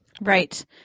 Right